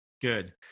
Good